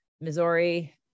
Missouri